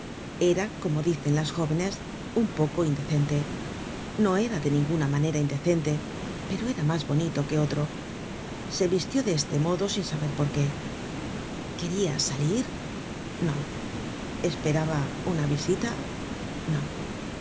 era como dicen las jóvenes un poco indecente no era de ninguna manera indecente pero era mas bonito que otro se vistió de este modo sin saber por qué queria salir no esperaba una visita no